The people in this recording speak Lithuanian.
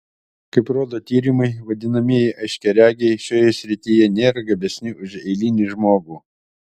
kaip rodo tyrimai vadinamieji aiškiaregiai šioje srityje nėra gabesni už eilinį žmogų